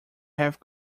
have